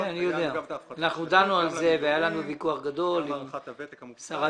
אני פותח את ישיבת ועדת הכספים.